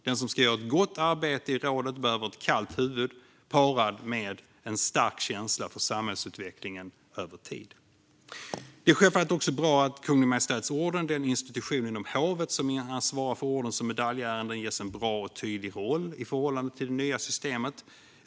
Den som ska göra ett gott arbete i rådet behöver ett kallt huvud parad med en stark känsla för samhällsutvecklingen över tid. Det är självfallet också bra att Kungl. Maj:ts Orden, den institution inom hovet som svarar för ordens och medaljärenden, ges en bra och tydlig roll i förhållande till det nya systemet.